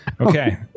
Okay